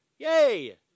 Yay